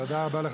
תודה רבה.